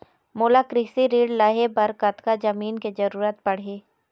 मोला कृषि ऋण लहे बर कतका जमीन के जरूरत पड़ही?